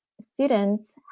students